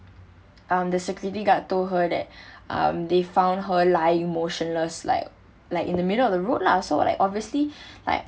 um the security guard told her that um they found her lying motionless like like in the middle of the road lah so like obviously like